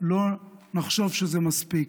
לא נחשוב שזה מספיק.